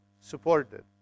supported